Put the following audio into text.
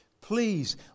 please